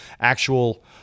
actual